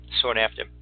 sought-after